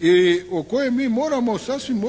I o kojima mi moramo sasvim